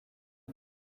ubu